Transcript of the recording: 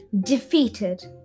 defeated